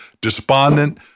despondent